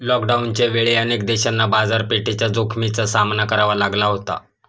लॉकडाऊनच्या वेळी अनेक देशांना बाजारपेठेच्या जोखमीचा सामना करावा लागला होता